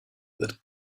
that